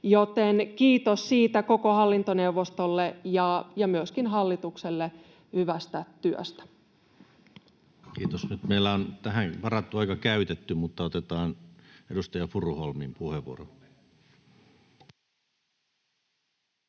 haaste. Kiitos siitä koko hallintoneuvostolle ja myöskin hallitukselle hyvästä työstä. Kiitos. — Nyt meillä on tähän varattu aika käytetty, mutta otetaan vielä edustaja Furuholmin puheenvuoro. [Timo